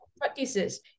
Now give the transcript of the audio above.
practices